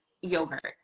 yogurt